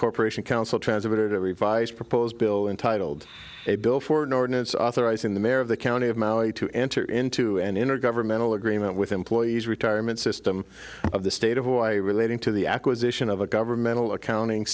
corporation counsel transit a revised proposed bill and titled a bill for an ordinance authorizing the mayor of the county of maui to enter into an intergovernmental agreement with employees retirement system of the state of hawaii relating to the acquisition of a governmental accounting